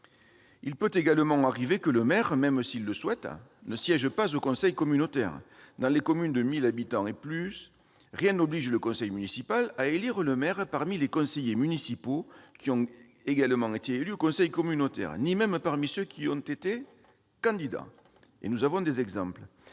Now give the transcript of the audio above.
Il peut également arriver que le maire, même s'il le souhaite, ne siège pas au conseil communautaire. En effet, dans les communes de 1 000 habitants et plus, rien n'oblige le conseil municipal à élire le maire parmi les conseillers municipaux qui ont également été élus au conseil communautaire, ni même parmi ceux qui y ont été candidats ; nous en avons des exemples.